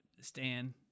Stan